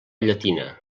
llatina